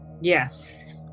yes